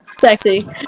sexy